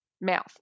mouth